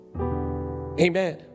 Amen